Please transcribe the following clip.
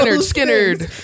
Skinner